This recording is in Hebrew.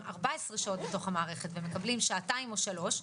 14 שעות בתוך המערכת והם מקבלים שעתיים או שלוש,